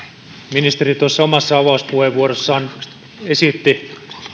ministeri omassa avauspuheenvuorossaan esitti